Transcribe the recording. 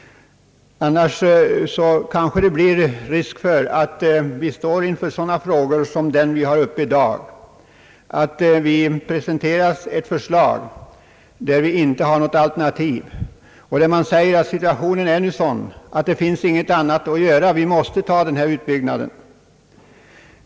Annars föreligger risk att vi står inför samma situation som vi befinner oss i i dag, nämligen att ett förslag presenteras oss där det inte finns något alternativ; det finns inget annat att göra än att besluta om denna utbyggnad.